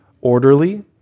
orderly